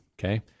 okay